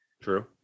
True